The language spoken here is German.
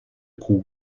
kuh